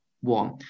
one